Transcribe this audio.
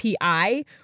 API